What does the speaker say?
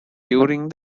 during